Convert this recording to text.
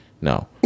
No